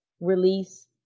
release